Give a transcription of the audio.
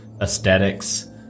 aesthetics